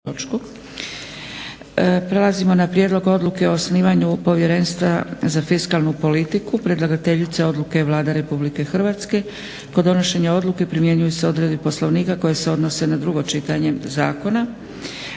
Prelazimo na 4. Prijedlog odluke o osnivanju Povjerenstva za fiskalnu politiku Predlagateljica odluke je Vlada Republike Hrvatske. Kod donošenja odluke primjenjuju se odredbe Poslovnika koje se odnose na drugo čitanje zakona.